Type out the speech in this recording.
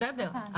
בסדר.